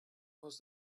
was